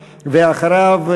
ואחריו,